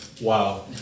Wow